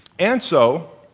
and so